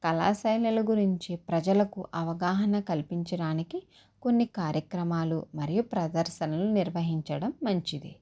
కళా శైలుల గురించి ప్రజలకు అవగాహన కల్పించడానికి కొన్ని కార్యక్రమాలు మరియు ప్రదర్శనలు నిర్వహించడం మంచిది